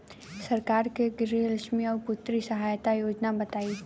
सरकार के गृहलक्ष्मी और पुत्री यहायता योजना बताईं?